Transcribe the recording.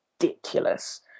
ridiculous